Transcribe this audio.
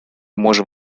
можем